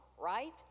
right